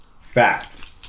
fact